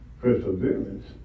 perseverance